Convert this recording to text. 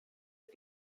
wir